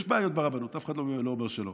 יש בעיות ברבנות, אף אחד לא אומר שלא.